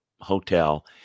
hotel